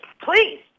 Please